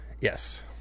Yes